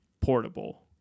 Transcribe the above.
portable